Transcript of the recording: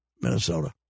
Minnesota